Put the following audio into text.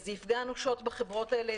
זה יפגע אנושות בחברות האלה,